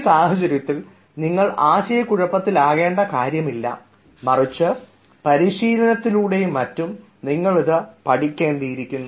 ഈ സാഹചര്യത്തിൽ നിങ്ങൾ ആശയക്കുഴപ്പത്തിൽ ആകേണ്ട കാര്യമില്ല മറിച്ച് പരിശീലനത്തിലൂടെയും മറ്റും നിങ്ങൾ ഇത് പഠിക്കേണ്ടിയിരിക്കുന്നു